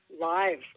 live